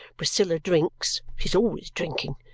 priscilla drinks she's always drinking.